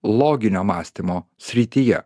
loginio mąstymo srityje